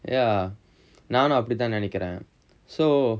ya நானும் அப்படிதான் நினைக்குறேன்:naanum appadithaan ninaikkuraen so